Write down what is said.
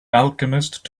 alchemist